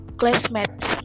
classmates